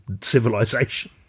civilization